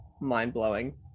mind-blowing